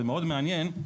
ומאוד מעניין,